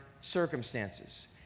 circumstances